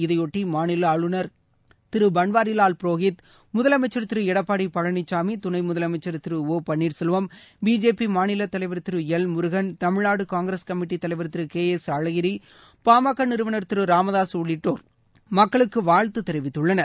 இதையொட்டி மாநில ஆளுநர் திரு பன்வாரி லால் புரோகித் முதலமைச்சர் திரு எடப்பாடி பழனிசாமி துணை முதலமைச்சர் திரு ஓ பன்னீர் செல்வம் பிஜேபி மாநில தலைவர் திரு எல் முருகன் தமிழ்நாடு காங்கிரஸ் கமிட்டி தலைவர் திரு கே எஸ் அழகிரி பா ம க நிறுவனர் திரு ராமதாஸ் உள்ளிட்டோர் மக்களுக்கு வாழ்த்து தெரிவித்துள்ளனர்